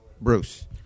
Bruce